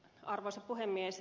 arvoisa puhemies